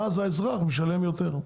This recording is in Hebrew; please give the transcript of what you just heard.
ואז האזרח משלם יותר.